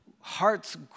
hearts